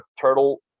turtle